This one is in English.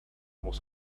was